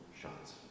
shots